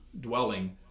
dwelling